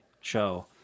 show